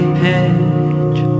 page